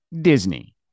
Disney